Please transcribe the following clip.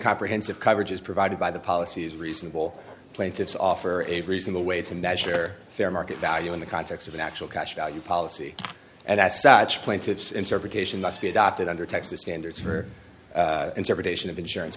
comprehensive coverage is provided by the policies reasonable plaintiff's offer a reasonable way to measure fair market value in the context of an actual cash value policy and as such plaintiff's interpretation must be adopted under texas ganders for interpretation of insurance